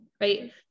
right